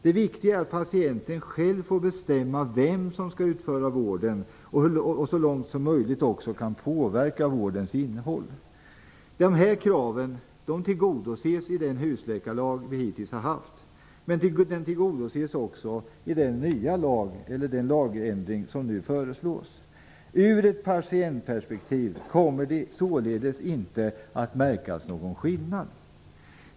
Det viktiga är att patienten själv får bestämma vem som skall utföra vården och så långt som möjligt också kan påverka vårdens innehåll. Dessa krav tillgodoses i den husläkarlag som vi hittills har haft, men de tillgodoses också genom den lagändring som nu föreslås. I ett patientperspektiv kommer det således inte att märkas någon skillnad.